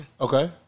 Okay